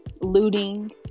Looting